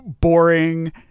boring